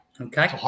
Okay